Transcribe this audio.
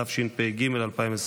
התשפ"ג 2023,